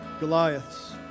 Goliaths